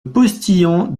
postillon